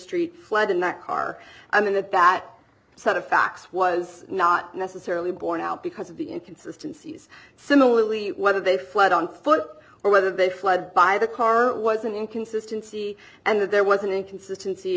street fled in that car i mean that that set of facts was not necessarily borne out because of the inconsistency is similarly whether they fled on foot or whether they fled by the car was an inconsistency and that there was an inconsistency